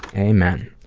amen.